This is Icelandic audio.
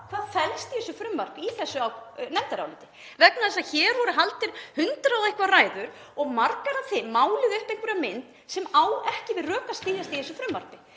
hvað felst í þessu frumvarpi í nefndarálitinu vegna þess að hér voru haldnar hundrað og eitthvað ræður og í mörgum þeirra var máluð upp einhver mynd sem á ekki við rök að styðjast í þessu frumvarpi.